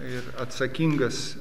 ir atsakingas